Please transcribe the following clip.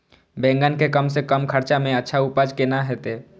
बेंगन के कम से कम खर्चा में अच्छा उपज केना होते?